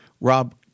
Rob